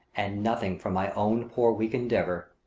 and nothing from my own poor weak endeavour.